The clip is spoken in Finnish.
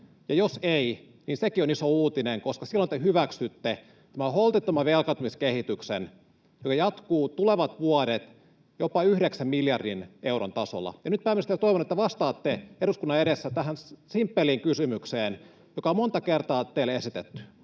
jos ei, niin sekin on iso uutinen, koska silloin te hyväksytte tämän holtittoman velkaantumiskehityksen, joka jatkuu tulevat vuodet jopa yhdeksän miljardin euron tasolla. Nyt, pääministeri, toivon, että vastaatte eduskunnan edessä tähän simppeliin kysymykseen, joka on monta kertaa teille esitetty.